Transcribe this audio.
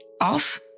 Off